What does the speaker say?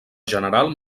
general